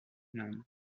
maryland